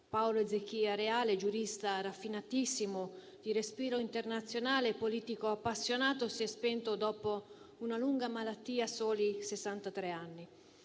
Paolo Reale, giurista raffinatissimo di respiro internazionale e politico appassionato, si è spento dopo una lunga malattia a soli